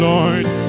Lord